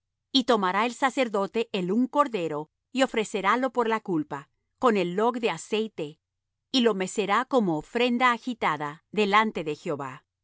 y tomará el sacerdote el un cordero y ofrecerálo por la culpa con el log de aceite y lo mecerá como ofrenda agitada delante de jehová